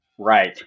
Right